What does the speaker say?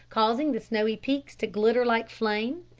causing the snowy peaks to glitter like flame,